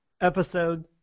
Episode